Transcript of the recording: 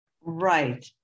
Right